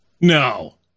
No